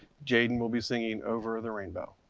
jayden will be singing, over the rainbow.